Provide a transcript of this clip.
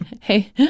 Hey